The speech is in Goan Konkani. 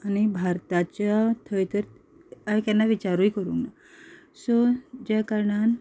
आनी भारताच्या थंय तर हांवें केन्ना विचारूय करूं ना सो ज्या कारणान